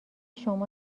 شما